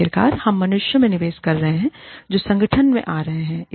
आखिरकार हम मनुष्यों में निवेश कर रहे हैं जो संगठन में आ रहे हैं